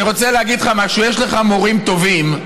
אני רוצה להגיד לך משהו: יש לך מורים טובים,